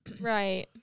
Right